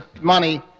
money